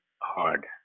hard